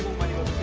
twenty will